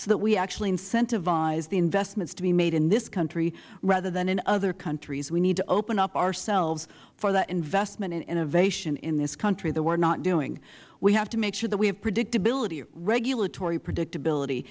so that we actually incentivize the investments to be made in this country rather than in other countries we need to open up ourselves for that investment in innovation in this country that we are not doing we have to make sure that we have predictability regulatory predictability